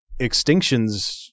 extinctions